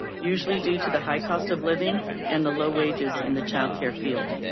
usually due to the high cost of living and the low wages in the childcare field,